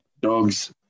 dogs